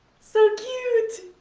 so cute!